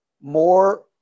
more